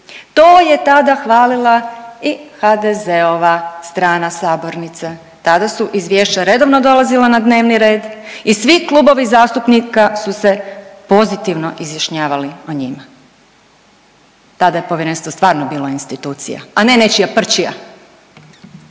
To je tada hvalila i HDZ-ova strana sabornice. Tada su izvješća redovno dolazila na dnevni red i svi klubovi zastupnika su se pozitivno izjašnjavali o njima. Tada je Povjerenstvo stvarno bila institucija, a ne nečija prčija!